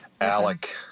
Alec